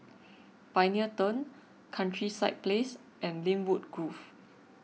Pioneer Turn Countryside Place and Lynwood Grove